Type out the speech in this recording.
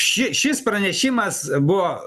ši šis pranešimas buvo